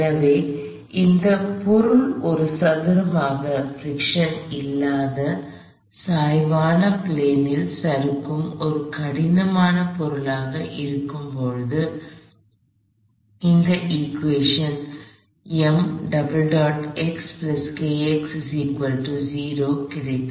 எனவே இந்த பொருள் ஒரு சதுரமாக பிரிக்க்ஷன் இல்லாத சாய்வான பிளேன் ல் சறுக்கும் ஒரு கடினமான பொருளாக இருந்தபோது இந்த இகுவேஷன் கிடைத்தது